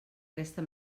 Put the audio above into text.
aquesta